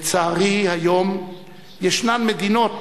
לצערי, היום יש מדינות